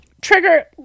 trigger